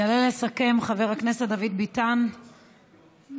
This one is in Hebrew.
יעלה לסכם חבר הכנסת דוד ביטן, בבקשה.